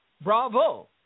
Bravo